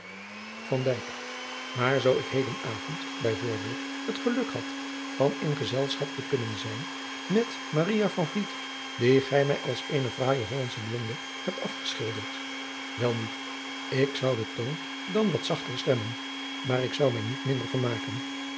maar zoo ik heden avond bij voorbeeld het geluk had van in gezelschap te kunnen adriaan loosjes pzn het leven van maurits lijnslager zijn met maria van vliet die gij mij als eene fraaije hollandsche blonde hebt afgeschilderd wel nu ik zou den toon dan wat zachter stemmen maar ik zou mij niet minder vermaken